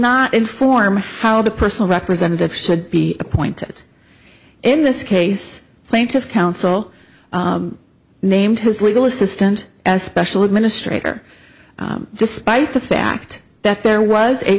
not inform how the personal representative should be appointed in this case plaintiff counsel named his legal assistant as special administrator despite the fact that there was a